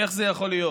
איך זה יכול להיות?